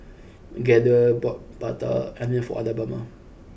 Gaither bought Prata Onion for Alabama